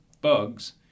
bugs